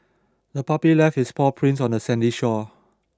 the puppy left its paw prints on the sandy shore